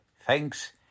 thanks